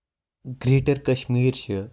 greater Kashmir چھُ